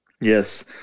Yes